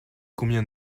combien